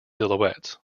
silhouettes